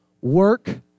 work